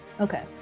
Okay